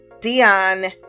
Dion